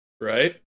right